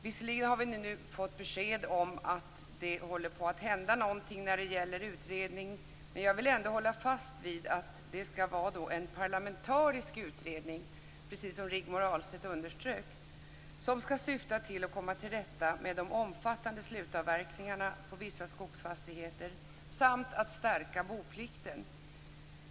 Visserligen har vi nu fått besked om att det håller på att hända någonting när det gäller utredning, men jag vill ändå hålla fast vid att det skall vara en parlamentarisk utredning, precis som Rigmor Ahlstedt underströk. Denna skall syfta till att komma till rätta med de omfattande slutavverkningarna på vissa skogsfastigheter samt till att stärka boplikten.